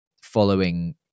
following